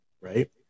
right